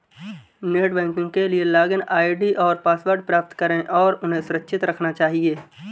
net banking के लिए login ID और पासवर्ड प्राप्त करें और उन्हें सुरक्षित रखना चहिये